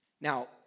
Now